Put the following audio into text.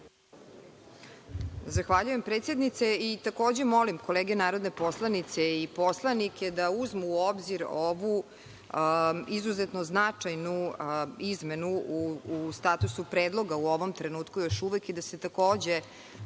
Zahvaljujem, predsednice. Takođe molim kolege narodne poslanice i poslanike da uzmu u obzir ovu izuzetno značajnu izmenu u statusu predloga u ovom trenutku još uvek i da se takođe